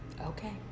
okay